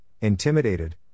intimidated